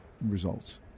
results